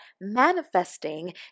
manifesting